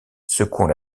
secouant